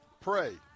Pray